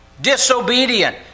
disobedient